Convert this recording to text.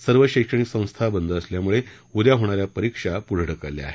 सर्व शैक्षणिक संस्था बंद असल्यामुळे उद्या होणाऱ्या परीक्षा पुढं ढकलल्या आहेत